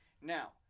Now